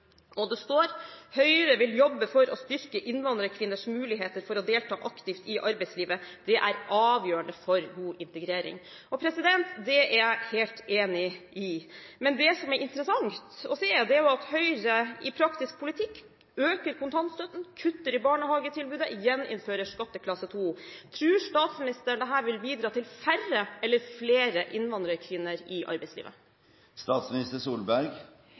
Det står videre: «Høyre vil jobbe for å styrke innvandrerkvinners muligheter for å delta aktivt i arbeidslivet, det er avgjørende for en god integrering.» Det er jeg helt enig i. Men det som er interessant å se, er at Høyre i praktisk politikk øker kontantstøtten, kutter i barnehagetilbudet og gjeninnfører skatteklasse 2. Tror statsministeren dette vil bidra til færre eller flere innvandrerkvinner i arbeidslivet?